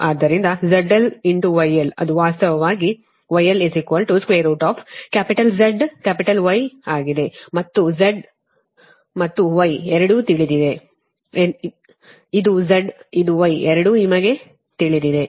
ಆದ್ದರಿಂದ zlyl ಅದು ವಾಸ್ತವವಾಗಿ γlcapital Z capital Y ಆಗಿದೆ ಮತ್ತು Z ಮತ್ತು Y ಎರಡೂ ತಿಳಿದಿದೆ ಇದು Z ಮತ್ತು ಇದು Y ಎರಡೂ ನಿಮಗೆ ತಿಳಿದಿದೆ